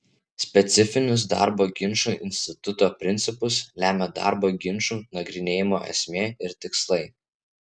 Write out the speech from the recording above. specifinius darbo ginčų instituto principus lemia darbo ginčų nagrinėjimo esmė ir tikslai